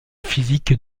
physique